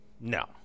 no